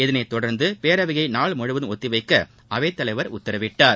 இதனையடுத்து பேரவையை நாள் முழுவதும் ஒத்திவைக்க அவைத் தலைவர் உத்தரவிட்டார்